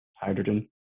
hydrogen